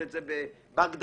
בבקשה.